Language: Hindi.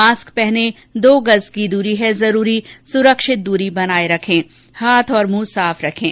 मास्क पहनें दो गज़ की दूरी है जरूरी सुरक्षित दूरी बनाए रखें हाथ और मुंह साफ रखें